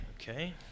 okay